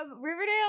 Riverdale